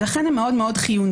לכן הם מאוד חיוניים.